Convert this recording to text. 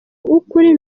w’ukuri